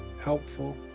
helpful,